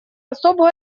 особую